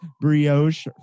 brioche